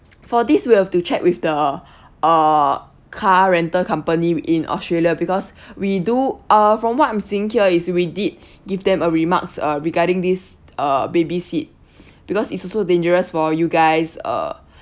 for this we've to chat with the uh car rental company in australia because we do uh from what I'm seeing here is we did give them a remarks uh regarding this uh baby seat because it's also dangerous for you guys uh